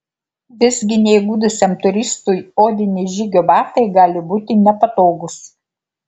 visgi neįgudusiam turistui odiniai žygio batai gali būti nepatogūs